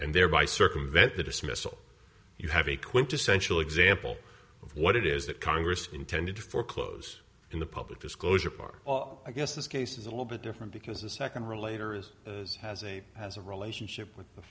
and thereby circumvent the dismissal you have a quintessential example of what it is that congress intended to foreclose in the public disclosure part all i guess this case is a little bit different because the second row later is has a has a relationship with the